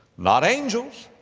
not angels.